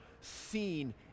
seen